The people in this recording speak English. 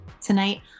Tonight